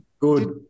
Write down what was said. Good